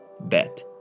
bet